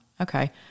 okay